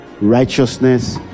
righteousness